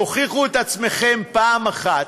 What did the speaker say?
תוכיחו את עצמכם פעם אחת,